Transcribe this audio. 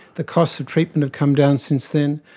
the costs of treatment have come down since then,